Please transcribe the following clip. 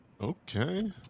Okay